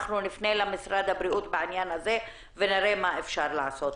אנחנו נפנה למשרד הבריאות בעניין הזה ונראה מה אפשר לעשות.